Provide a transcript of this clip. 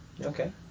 Okay